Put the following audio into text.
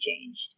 changed